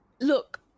look